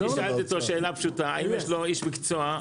יש שמה --- לא מפקחים לכם על המחיר.